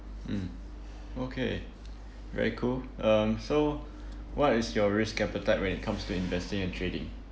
mm okay very cool um so what is your risk appetite when it comes to investing and trading